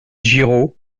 giraud